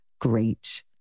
great